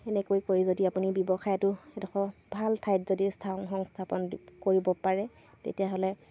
এনেকৈ কৰি যদি আপুনি ব্যৱসায়টো এডোখৰ ভাল ঠাইত যদি সংস্থাপন কৰিব পাৰে তেতিয়াহ'লে